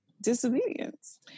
disobedience